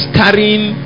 carrying